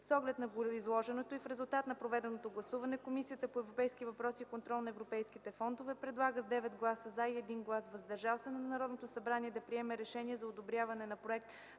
С оглед на гореизложеното и в резултат на проведеното гласуване, Комисията по европейските въпроси, и контрол на европейските фондове предлага с 9 гласа „за” и 1 глас „въздържал се” на Народното събрание да приеме решение за одобряване на проект